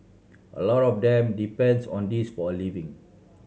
a lot of them depends on this for a living